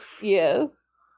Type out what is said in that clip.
Yes